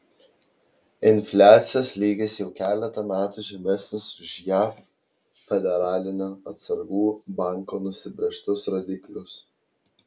infliacijos lygis jau keletą metų žemesnis už jav federalinio atsargų banko nusibrėžtus rodiklius